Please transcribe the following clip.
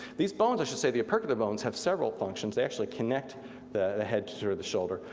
these bones, i should say the opercular bones, have several functions, they actually connect the the head to sort of the shoulder.